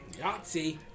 Yahtzee